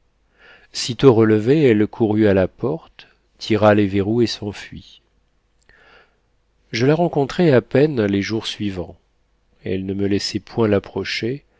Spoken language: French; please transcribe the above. sitôt relevée elle courut à la porte tira les verrous et s'enfuit je la rencontrai à peine les jours suivants elle ne me laissait point l'approcher